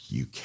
UK